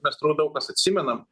mes turbūt daug kas atsimenam